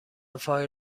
فایل